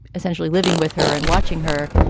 essentially living with her and watching her,